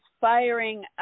firing